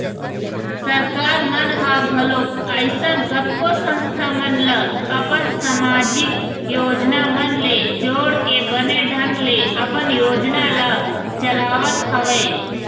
सरकार मन ह घलोक अइसन कतको संस्था मन ल अपन समाजिक योजना मन ले जोड़के बने ढंग ले अपन योजना ल चलावत हवय